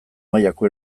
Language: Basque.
mailako